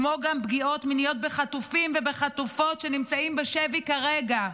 כמו גם פגיעות מיניות בחטופים ובחטופות שנמצאים בשבי כרגע.